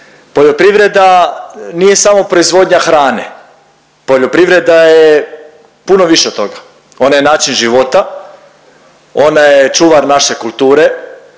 Poljoprivreda nije samo proizvodnja hrane, poljoprivreda je puno više od toga ona je način života, ona je čuvar naše kulture